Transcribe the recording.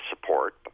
support